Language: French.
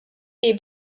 est